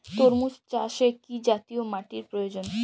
তরমুজ চাষে কি জাতীয় মাটির প্রয়োজন?